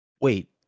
Wait